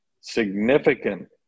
significant